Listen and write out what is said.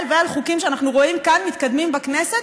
ועל חוקים שאנחנו רואים מתקדמים בכנסת,